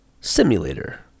simulator